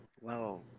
Wow